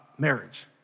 marriage